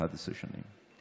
11 שנים,